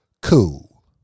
Cool